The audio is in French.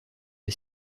est